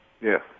yes